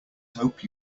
hope